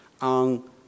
on